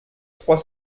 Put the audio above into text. trois